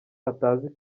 atazi